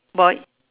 boy